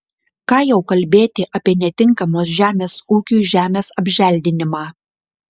ką jau kalbėti apie netinkamos žemės ūkiui žemės apželdinimą